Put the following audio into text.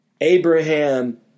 Abraham